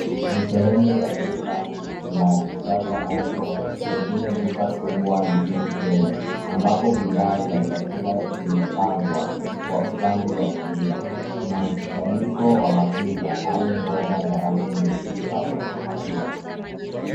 Ni sehemu ya duka la kisasa au soko pengine duka kubwa nchini kenya ambapo bidhaa za chakula zimepangwa kwa upande wa kulia. Kuna mkusanyiko wa matunda au mboga nyekundu au ya kahawia.